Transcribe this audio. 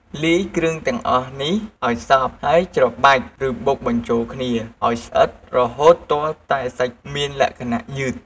លាយគ្រឿងទាំងអស់នេះឱ្យសព្វ ហើយច្របាច់ ឬបុកបញ្ចូលគ្នាឱ្យស្អិតរហូតទាល់តែសាច់មានលក្ខណៈយឺត។